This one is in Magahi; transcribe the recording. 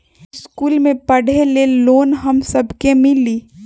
इश्कुल मे पढे ले लोन हम सब के मिली?